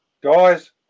guys